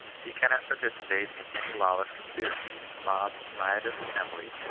he cannot participate in any lawless conspiracy, mob, riotous assembly,